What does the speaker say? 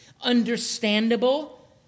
understandable